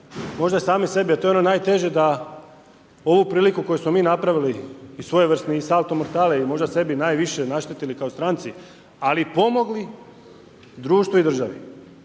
možda sami sebi, a to je ono najteže da ovu priliku koju smo mi napravili i svojevrsni salto mortale i možda sebi najviše naštetili kao stranci, ali pomogli društvu i državi